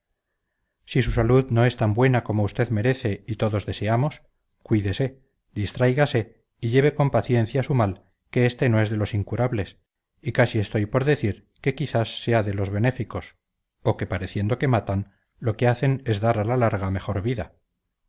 si su salud no es tan buena como usted merece y todos deseamos cuídese distráigase y lleve con paciencia su mal que este no es de los incurables y casi estoy por decir que quizás sea de los benéficos o que pareciendo que matan lo que hacen es dar a la larga mejor vida